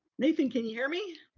nathan, can you hear me?